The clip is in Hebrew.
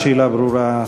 השאלה ברורה.